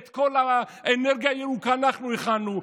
את כל האנרגיה הירוקה אנחנו הכנו,